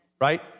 right